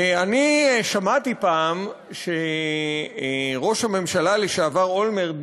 אני שמעתי פעם שראש הממשלה לשעבר אולמרט,